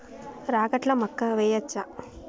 రాగట్ల మక్కా వెయ్యచ్చా?